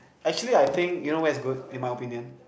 actually I think you know what is good in my opinion